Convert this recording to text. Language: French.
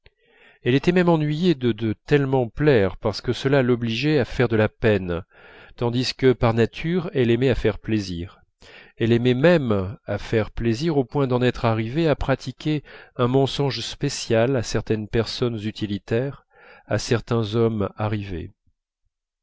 elle était même ennuyée de tellement plaire parce que cela l'obligeait à faire de la peine tandis que par nature elle aimait à faire plaisir elle aimait même à faire plaisir au point d'en être arrivée à pratiquer un mensonge spécial à certaines personnes utilitaires à certains hommes arrivés